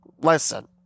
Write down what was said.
listen